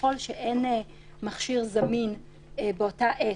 ככל שאין מכשיר זמין באותה עת,